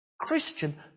Christian